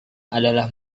adalah